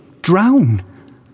drown